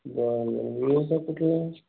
बरं बरं विवोचा कुठला